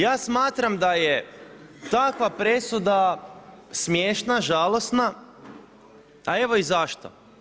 Ja smatram da je takva presuda, smiješna, žalosna, a evo i zašto.